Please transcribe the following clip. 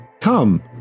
come